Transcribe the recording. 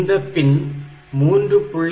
இந்த பின் 3